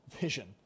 vision